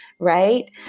right